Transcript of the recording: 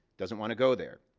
doesn't want to go there.